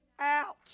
out